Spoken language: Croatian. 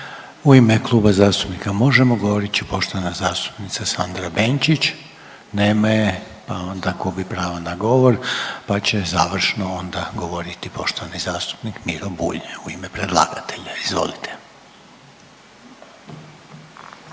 U ime Kluba zastupnika Možemo govorit će poštovana zastupnica Sandra Benčić. Nema je, pa onda gubi pravo na govor. Pa će završno onda govoriti poštovani zastupnik Miro Bulj u ime predlagatelja. Izvolite.